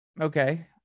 Okay